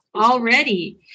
already